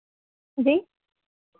जी